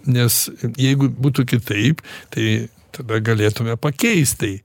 nes jeigu būtų kitaip tai tada galėtume pakeist tai